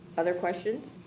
other questions?